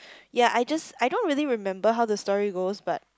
ya I just I don't really remember how the story goes but